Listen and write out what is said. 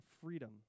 freedom